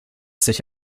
sich